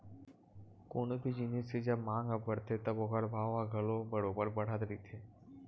कोनो भी जिनिस के जब मांग ह बड़थे तब ओखर भाव ह घलो बरोबर बड़त रहिथे